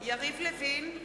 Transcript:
יריב לוין,